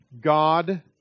God